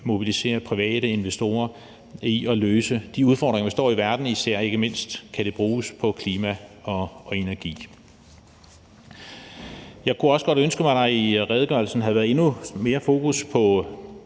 mobilisere private investorer til at løse de udfordringer i verden, vi står med. Især og ikke mindst kan det bruges på klima og energi. Jeg kunne også godt ønske mig, at der i redegørelsen havde været endnu mere fokus på